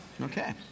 Okay